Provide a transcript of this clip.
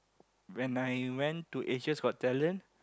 when I went to Asia's Got Talent